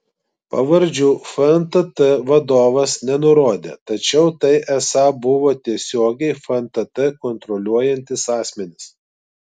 pavardžių fntt vadovas nenurodė tačiau tai esą buvo tiesiogiai fntt kontroliuojantys asmenys